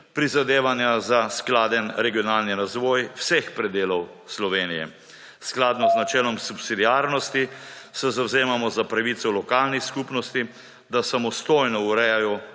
prizadevanja za skladen regionalni razvoj vseh predelov Slovenije. Skladno z načelom subsidiarnosti se zavzemamo za pravico lokalnih skupnosti, da samostojno urejajo,